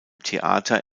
theater